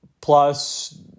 Plus